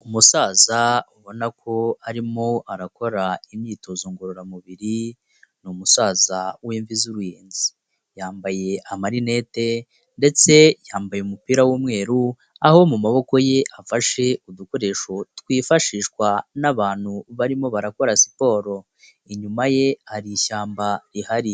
Umusaza ubona ko arimo arakora imyitozo ngororamubiri, ni umusaza w'imvi z'uruyenzi. Yambaye amarinete ndetse yambaye umupira w'umweru, aho mu maboko ye afashe udukoresho twifashishwa n'abantu barimo barakora siporo. Inyuma ye hari ishyamba rihari.